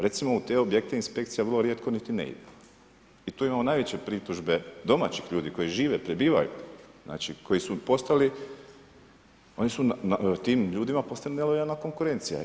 Recimo u te objekte inspekcija vrlo rijetko niti ne ide. i tu imamo najveće pritužbe domaćih ljudi koji žive, prebivaju, koji su postali, oni su tim ljudima postali nelojalna konkurencija.